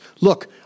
Look